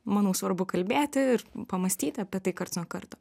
manau svarbu kalbėti ir pamąstyt apie tai karts nuo karto